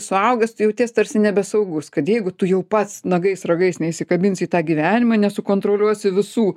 suaugęs tu jauties tarsi nebesaugus kad jeigu tu jau pats nagais ragais neįsikabinsi į tą gyvenimą nesukontroliuosi visų